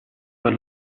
per